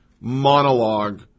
monologue